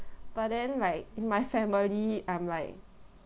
but then like my family I'm like